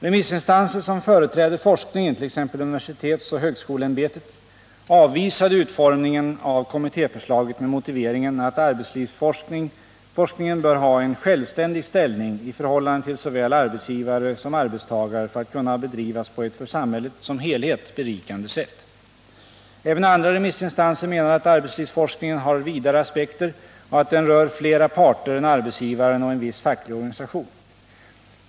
Remissinstanser som företräder forskningen, t.ex. universitetsoch högskoleämbetet, avvisade utformningen av kommittéförslaget med motiveringen att arbetslivsforskningen bör ha en självständig ställning i förhållande till såväl arbetsgivare som arbetstagare för att kunna bedrivas på ett för samhället som helhet berikande sätt. Även andra remissinstanser menade att arbetslivsforskningen har vidare aspekter och att den rör flera parter än arbetsgivaren och en viss facklig organisation.